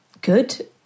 good